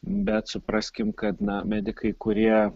bet supraskim kad na medikai kurie